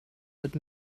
but